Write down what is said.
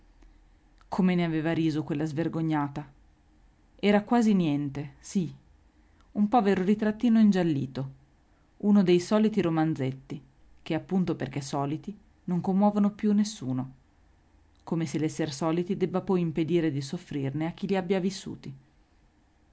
come ne aveva riso quella svergognata era quasi niente sì un povero ritrattino ingiallito uno dei soliti romanzetti che appunto perché soliti non commuovono più nessuno come se l'esser soliti debba poi impedire di soffrirne a chi li abbia vissuti